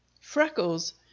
Freckles